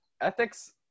Ethics